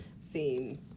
seen